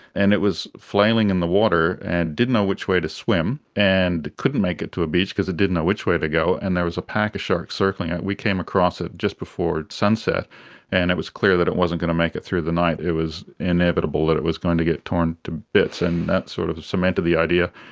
and it was flailing in the water and didn't know which way to swim and couldn't make it to a beach because it didn't know which way to go. and there was a pack of sharks circling it. we came across it just before sunset and it was clear that it wasn't going to make it through the night, it was inevitable that it was going to get torn to bits. and that sort of cemented the idea,